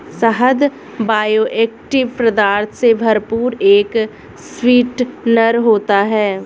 शहद बायोएक्टिव पदार्थों से भरपूर एक स्वीटनर होता है